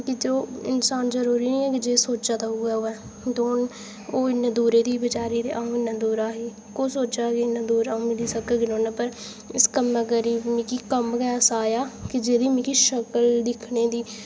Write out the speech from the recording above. के जो इंसान जरूरी निं ऐ के जो सोचा दा उ'ऐ होऐ ते ओह् इ'न्ने दूरै दी ही बेचारी अं'ऊ इ'न्ना दूरा दी कुस सोचे दा हा के अं'ऊ नुहाड़े कन्नै मिली सकगी पर इस कम्म करी मिगी कम्म गै ऐसा आया के जेह्दी मिगी शक्ल दिक्खने दी